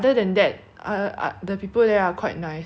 if they see that we are chinese or like